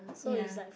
ya